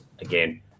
again